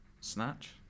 Snatch